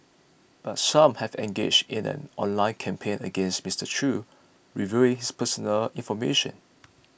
but some have engaged in an online campaign against Mister Chew revealing his personal information